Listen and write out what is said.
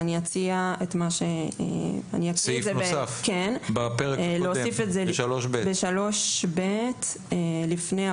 אני אציע את ההצעה - לסעיף נוסף לסעיף 3ב - כך לפני